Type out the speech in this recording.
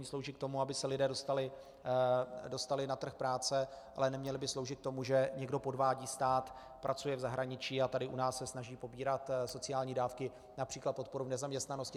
Slouží k tomu, aby se lidé dostali na trh práce, ale neměly by sloužit k tomu, že někdo podvádí stát, pracuje v zahraničí a tady u nás se snaží pobírat sociální dávky, například podporu v nezaměstnanosti.